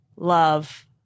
love